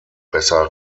besser